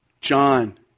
John